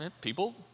people